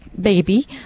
baby